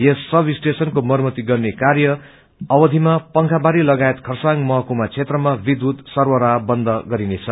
स सबस्टेशनको मरमती गर्ने कार्य अवधिमा पंखाबारी लगायत खरसाङ महकुमा क्षेत्रमा विध्यूत सर्वराह बन्द गरिनेछ